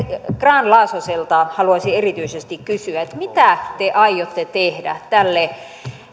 grahn laasoselta haluaisin erityisesti kysyä mitä te aiotte tehdä